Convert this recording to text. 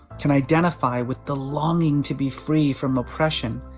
can identify with the longing to be free from oppression,